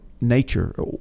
nature